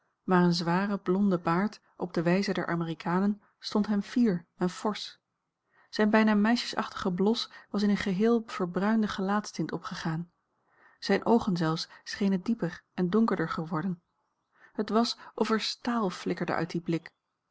maar een zware blonde baard op de wijze der amerikanen stond hem fier en forsch zijne bijna meisjesachtige blos was in eene geheel verbruinde gelaatstint opgegaan zijne oogen zelfs schenen dieper en donkerder geworden het was of er staal flikkerde uit dien blik